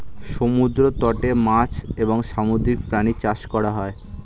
সমুদ্র তটে মাছ এবং সামুদ্রিক প্রাণী চাষ করা হয়